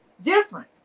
different